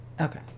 okay